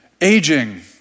aging